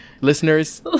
listeners